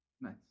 Nice